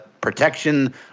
protection